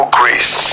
grace